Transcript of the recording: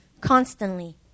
constantly